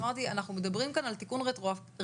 אמרתי שאנחנו מדברים כאן על תיקון רטרואקטיבי,